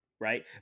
Right